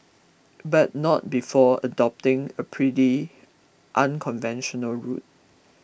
but not before adopting a pretty unconventional route